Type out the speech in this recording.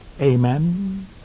Amen